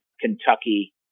Kentucky